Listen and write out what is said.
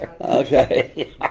Okay